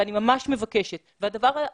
אני ממש מבקשת זאת.